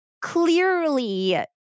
clearly